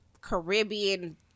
Caribbean